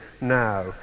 now